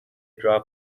draw